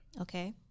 Okay